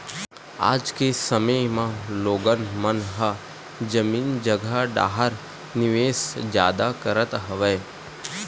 आज के समे म लोगन मन ह जमीन जघा डाहर निवेस जादा करत हवय